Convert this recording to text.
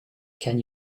can